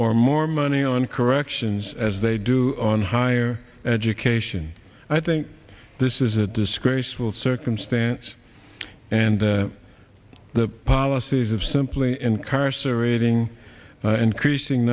or more money on corrections as they do on higher education i think this is a disgraceful circumstance and the policies of simply incarcerating increasing